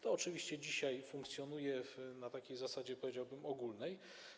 To oczywiście dzisiaj funkcjonuje na takiej zasadzie, powiedziałbym, ogólnej.